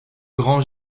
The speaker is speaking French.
grand